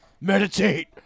Meditate